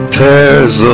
tears